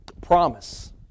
Promise